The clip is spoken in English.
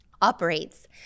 operates